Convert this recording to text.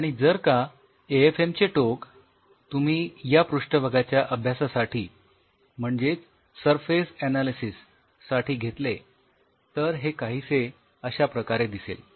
आणि जर का एएफएम चे टोक तुम्ही या पृष्ठभागाच्या अभ्यासासाठी म्हणजेच सरफेस अनालिसिस साठी घेतले तर हे काहीसे अश्या प्रकारे दिसेल